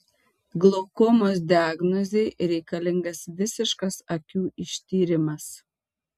glaukomos diagnozei reikalingas visiškas akių ištyrimas